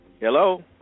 Hello